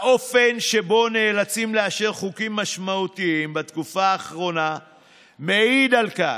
האופן שבו נאלצים לאשר חוקים משמעותיים בתקופה האחרונה מעיד על כך.